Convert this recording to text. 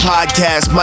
Podcast